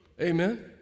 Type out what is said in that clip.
Amen